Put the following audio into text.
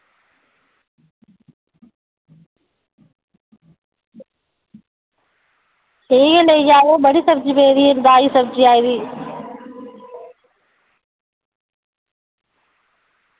ठीक ऐ लेई जाएओ बड़ी सब्ज़ी पेदी ताजी सब्जी आई दी